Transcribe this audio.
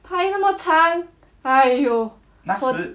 排那么长 !aiyo!